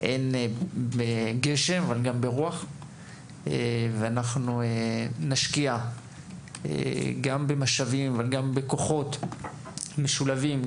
ברוח ואנחנו נשקיע גם במשאבים אבל גם בכוחות משולבים.